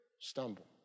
stumble